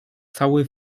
cały